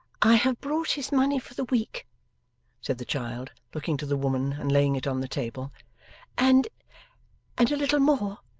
i have brought his money for the week said the child, looking to the woman and laying it on the table and and a little more,